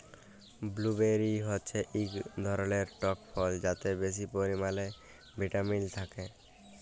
blueberry হচ্যে এক ধরলের টক ফল যাতে বেশি পরিমালে ভিটামিল থাক্যে